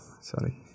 sorry